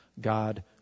God